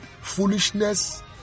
Foolishness